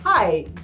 Hi